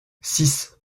six